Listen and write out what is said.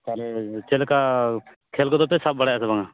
ᱛᱟᱦᱚᱞᱮ ᱪᱮᱫ ᱞᱮᱠᱟ ᱠᱷᱮᱞ ᱠᱚᱫᱚ ᱯᱮ ᱥᱟᱵ ᱵᱟᱲᱟᱭᱮᱫᱟ ᱥᱮ ᱵᱟᱝᱼᱟ